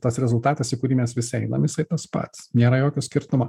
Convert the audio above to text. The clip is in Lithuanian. tas rezultatas į kurį mes visi einam jisai tas pats nėra jokio skirtumo